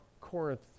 Corinth